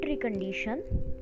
condition